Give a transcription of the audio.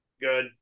good